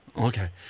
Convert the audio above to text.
Okay